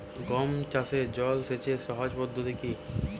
গম চাষে জল সেচের সহজ পদ্ধতি কি?